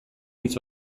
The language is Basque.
hitz